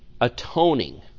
atoning